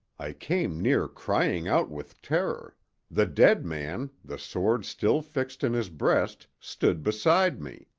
i came near crying out with terror the dead man, the sword still fixed in his breast, stood beside me!